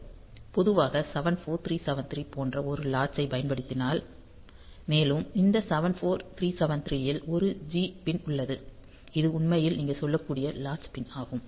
பொதுவாக 74373 போன்ற ஒரு லாட்சு ஐப் பயன்படுத்தலாம் மேலும் இந்த 74373 ல் ஒரு G பின் உள்ளது இது உண்மையில் நீங்கள் சொல்லக்கூடிய லாட்சு பின் ஆகும்